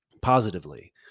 positively